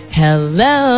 hello